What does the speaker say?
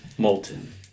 Molten